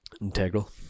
Integral